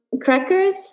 Crackers